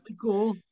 cool